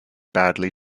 badly